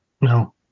No